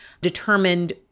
determined